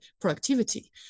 productivity